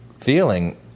feeling